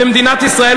במדינת ישראל,